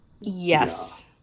Yes